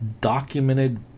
documented